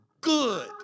good